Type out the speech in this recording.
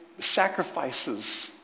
sacrifices